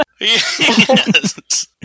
Yes